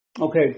Okay